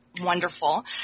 wonderful